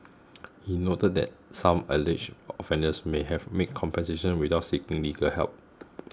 he noted that some alleged offenders may have made compensations without seeking legal help